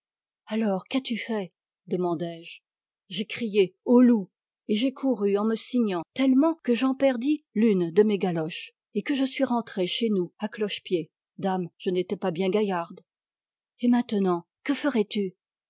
alors qu'as-tu fait demandai-je j'ai crié au loup et j'ai couru en me signant tellement que j'en perdis l'une de mes galoches et que je suis rentrée chez nous à cloche-pied dame je n'étais pas bien gaillarde et maintenant que ferais-tu